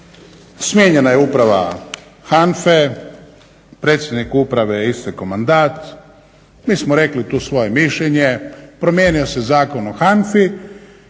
smijenjena je uprava HANFA-e, predsjedniku uprave je istekao mandat. Mi smo rekli tu svoje mišljenje, promijenio se Zakon o HANFA-i